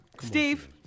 Steve